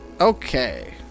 Okay